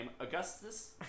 Augustus